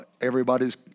everybody's